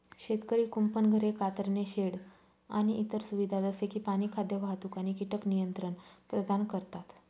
शेतकरी कुंपण, घरे, कातरणे शेड आणि इतर सुविधा जसे की पाणी, खाद्य, वाहतूक आणि कीटक नियंत्रण प्रदान करतात